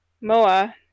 Moa